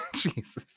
Jesus